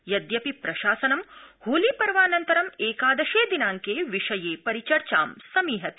यद्यपि प्रशासनं होली पर्वानन्तरं एकादशे दिनांके विषये परिचर्चा समीहते